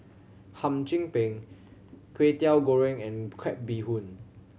Hum Chim Peng Kway Teow Goreng and crab bee hoon